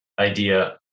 idea